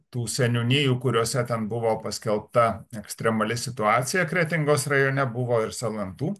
tų seniūnijų kuriose ten buvo paskelbta ekstremali situacija kretingos rajone buvo ir salantų